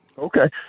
Okay